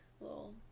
little